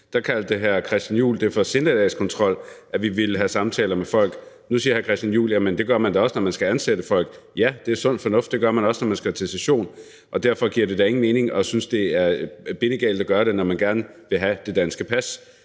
da kaldte hr. Christian Juhl det for sindelagskontrol, at vi ville have samtaler med folk, men nu siger hr. Christian Juhl, at det gør man da også, når man skal ansætte folk. Ja, det er sund fornuft, og det sker også i forbindelse med session, og derfor giver det da ingen mening at synes, at det er bindegalt at gøre det, når mennesker gerne vil have det danske pas.